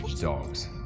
dogs